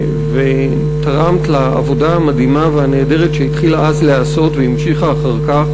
ותרמת לעבודה המדהימה והנהדרת שהתחילה אז להיעשות ונמשכה אחר כך.